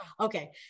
Okay